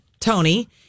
Tony